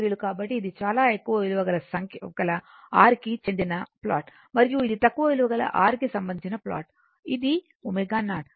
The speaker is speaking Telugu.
కాబట్టి ఇది చాలా ఎక్కువ విలువ గల R కి చెందిన ప్లాట్ మరియు ఇది తక్కువ విలువ గల R కి సంబందించిన ప్లాట్ ఇది ω0